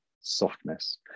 softness